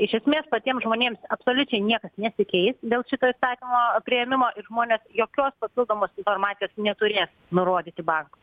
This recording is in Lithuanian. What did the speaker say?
iš esmės patiems žmonėms absoliučiai niekas nesikeis dėl šito įstatymo priėmimo ir žmonės jokios papildomos informacijos neturės nurodyti bankui